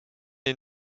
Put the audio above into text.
est